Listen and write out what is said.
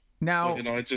Now